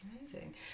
amazing